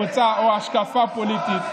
מוצא או השקפה פוליטית,